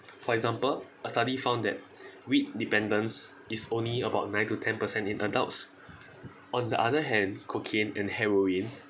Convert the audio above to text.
for example a study found that weed dependence is only about nine to ten percent in adults on the other hand cocaine and heroin